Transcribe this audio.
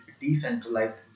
decentralized